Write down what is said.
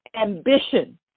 ambition